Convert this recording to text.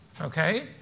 okay